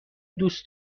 دوست